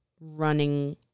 running